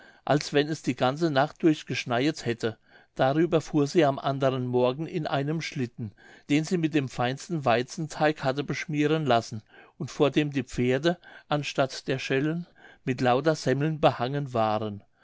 als wenn es die ganze nacht durch geschneiet hätte darüber fuhr sie am anderen morgen in einem schlitten den sie mit dem feinsten waizenteig hatte beschmieren lassen und vor dem die pferde anstatt der schellen mit lauter semmeln behangen waren